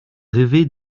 rêvé